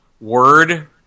word